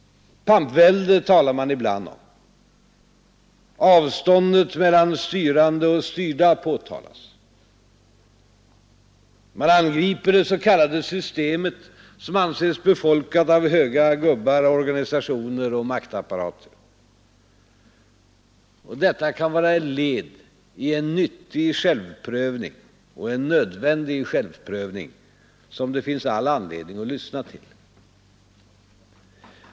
Pampvälde talar man ibland om. Avståndet mellan styrande och styrda påtalas. Man angriper det s.k. systemet, som anses befolkat av höga gubbar, organisationer och maktapparater. Detta kan vara ett led i en nyttig och nödvändig självprövning, som det finns all anledning att lyssna till.